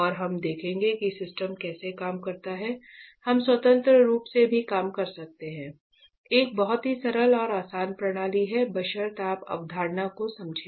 और वह हमें देखेंगे कि सिस्टम कैसे काम करता है हम स्वतंत्र रूप से भी काम कर सकते हैं एक बहुत ही सरल और आसान प्रणाली है बशर्ते आप अवधारणा को समझें